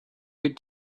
could